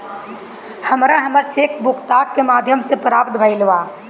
हमरा हमर cheque book डाक के माध्यम से प्राप्त भईल बा